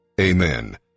Amen